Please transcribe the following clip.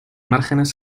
márgenes